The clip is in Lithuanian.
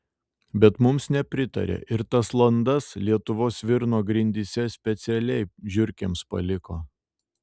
bet mums nepritarė ir tas landas lietuvos svirno grindyse specialiai žiurkėms paliko